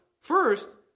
first